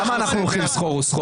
למה אנחנו הולכים סחור-סחור?